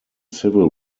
civil